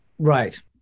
Right